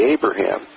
Abraham